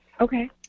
Okay